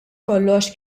kollox